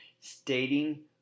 stating